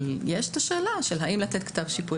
אבל יש את השאלה האם לתת כתב שיפוי,